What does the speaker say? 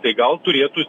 tai gal turėtų